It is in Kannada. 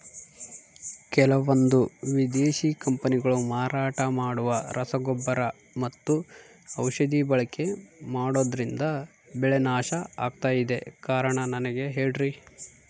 ಕೆಲವಂದು ವಿದೇಶಿ ಕಂಪನಿಗಳು ಮಾರಾಟ ಮಾಡುವ ರಸಗೊಬ್ಬರ ಮತ್ತು ಔಷಧಿ ಬಳಕೆ ಮಾಡೋದ್ರಿಂದ ಬೆಳೆ ನಾಶ ಆಗ್ತಾಇದೆ? ಕಾರಣ ನನಗೆ ಹೇಳ್ರಿ?